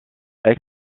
aix